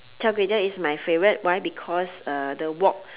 char kway teow is my favourite why because uh the wok